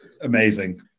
amazing